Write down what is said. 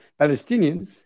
Palestinians